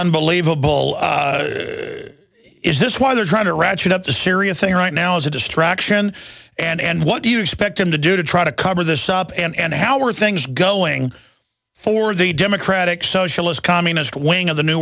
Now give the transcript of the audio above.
unbelievable is this why they're trying to ratchet up the syria thing right now is a distraction and what do you expect him to do to try to cover this up and how are things going for the democratic socialist communist wing of the new